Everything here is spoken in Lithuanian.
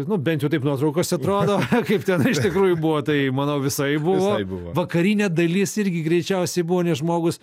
nu bent jau taip nuotraukose atrodo kaip ten iš tikrųjų buvo tai manau visaip buvo vakarinė dalis irgi greičiausiai buvo nes žmogus